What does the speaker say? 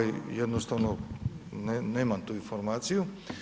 Jednostavno nemam tu informaciju.